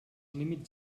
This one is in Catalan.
límits